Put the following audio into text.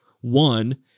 one